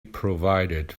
provided